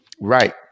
Right